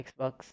Xbox